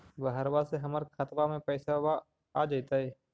बहरबा से हमर खातबा में पैसाबा आ जैतय?